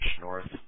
North